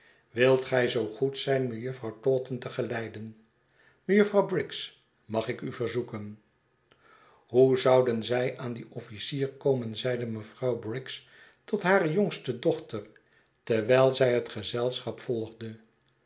wilt gij zoo goed zijn mejuffer taunton te geleiden mejuffer briggs mag ik u verzoeken hoe zouden zij aan dien officier komen zeide mevrouw briggs tot hare j'ongste dochter terwijl zij het gezelschap volgde